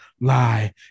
Lie